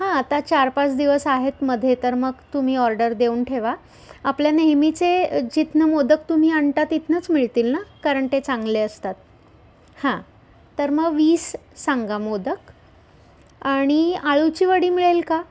हां आता चार पाच दिवस आहेत मध्ये तर मग तुम्ही ऑर्डर देऊन ठेवा आपल्या नेहमीचे जिथून मोदक तुम्ही आणता तिथूनच मिळतील ना कारण ते चांगले असतात हां तर मग वीस सांगा मोदक आणि आळूची वडी मिळेल का